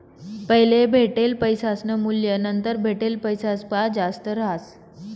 पैले भेटेल पैसासनं मूल्य नंतर भेटेल पैसासपक्सा जास्त रहास